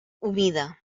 humida